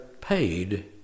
paid